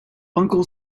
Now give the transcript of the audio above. uncle